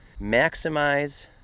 maximize